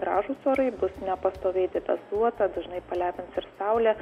gražūs orai bus nepastoviai debesuota dažnai palepins ir saulė